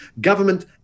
government